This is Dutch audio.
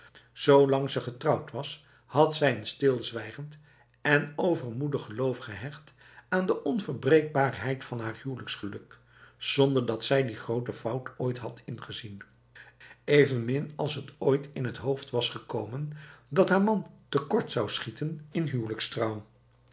zolang ze getrouwd was had zij een stilzwijgend en overmoedig geloof gehecht aan de onverbreekbaarheid van haar huwelijksgeluk zonder dat zij die grote fout ooit had ingezien evenmin als het haar ooit in het hoofd was gekomen dat haar man tekort zou schieten in